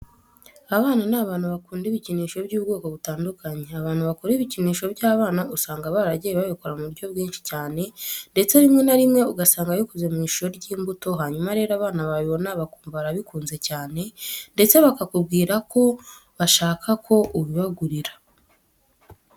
Abana ni abantu bakunda ibikinisho by'ubwoko butandukanye. Abantu bakora ibikinisho by'abana usanga baragiye babikora mu buryo bwinshi cyane ndetse rimwe na rimwe ugasanga bikoze mu ishusho y'imbuto, hanyuma rero abana babibona bakumva barabikunze cyane ndetse bakakubwira ko bashaka ko ubibagurira.